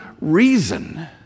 reason